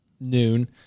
noon